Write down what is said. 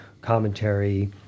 commentary